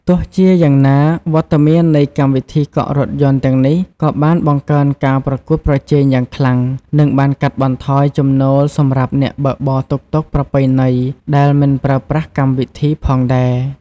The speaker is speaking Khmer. ទោះជាយ៉ាងណា វត្តមាននៃកម្មវិធីកក់រថយន្តទាំងនេះក៏បានបង្កើនការប្រកួតប្រជែងយ៉ាងខ្លាំង និងបានកាត់បន្ថយចំណូលសម្រាប់អ្នកបើកបរតុកតុកប្រពៃណីដែលមិនប្រើប្រាស់កម្មវិធីផងដែរ។